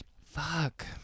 Fuck